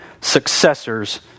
successors